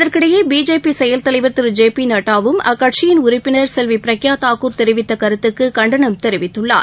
இதற்கிடையேபிஜேபி செயல் தலைவா் திரு ஜே பிநட்டாவும் அக்கட்சியின் உறுப்பினா் பிரக்யாதாகூர் தெரிவித்தகருத்துக்குகண்டனம் தெரிவித்துள்ளார்